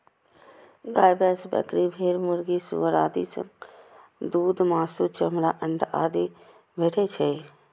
गाय, भैंस, बकरी, भेड़, मुर्गी, सुअर आदि सं दूध, मासु, चमड़ा, अंडा आदि भेटै छै